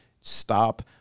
stop